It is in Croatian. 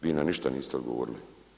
Vi na ništa niste odgovorili.